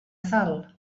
salt